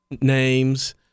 names